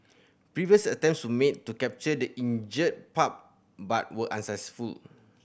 previous attempts made to capture the injured pup but were unsuccessful